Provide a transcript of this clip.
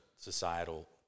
societal